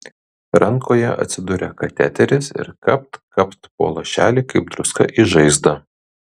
rankoje atsiduria kateteris ir kapt kapt po lašelį kaip druska į žaizdą